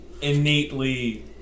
innately